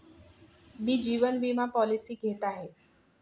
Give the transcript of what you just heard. मी जीवन विमा पॉलिसी घेत आहे